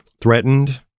threatened